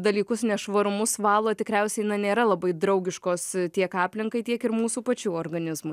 dalykus nešvarumus valo tikriausiai nėra labai draugiškos tiek aplinkai tiek ir mūsų pačių organizmui